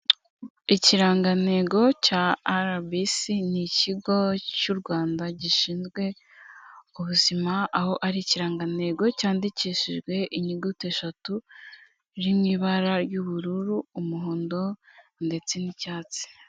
Ikirangantego cya RBC ni ikigo cy'u Rwanda gishinzwe ubuzima aho ari ikirangantego cyandikishijwe inyuguti eshatu iri mw'ibara ry'ubururu, umuhondo ndetse n'icyatsi.